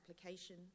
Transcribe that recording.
application